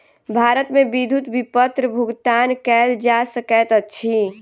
भारत मे विद्युत विपत्र भुगतान कयल जा सकैत अछि